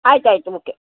ಆಯ್ತು ಆಯ್ತು ಮುಕ್ಕೆ